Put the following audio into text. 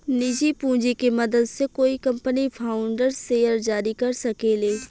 निजी पूंजी के मदद से कोई कंपनी फाउंडर्स शेयर जारी कर सके ले